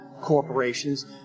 corporations